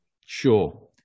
sure